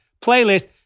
playlist